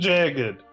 Jagged